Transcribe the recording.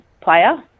player